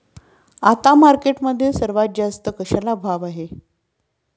आता मार्केटमध्ये सर्वात जास्त कशाला भाव आहे?